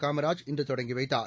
காமராஜ் இன்று தொடங்கி வைத்தார்